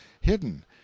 hidden